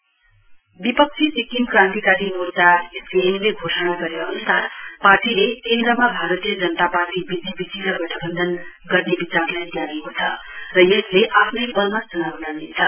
SKM विपक्षी सिक्किम क्रान्तिकारी मोर्चा एसकेएम ले घोषणा गरे अनुसार पार्टीले केन्द्रमा भारतीय जनता पार्टी वीजेपीसित गठवन्धन गर्ने विचारलाई त्यागेको छ र आफ्नो वलमा चुनाव लड्नेछ